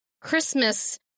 Christmas